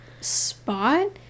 spot